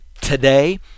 today